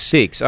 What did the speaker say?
Six